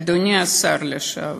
אדוני השר לשעבר,